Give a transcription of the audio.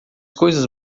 coisas